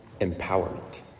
empowerment